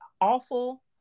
awful